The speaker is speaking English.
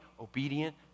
obedient